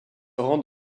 rendent